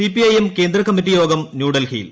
C P I M കേന്ദ്രീകുമ്മിറ്റിയോഗം ന്യൂഡൽഹിയിൽ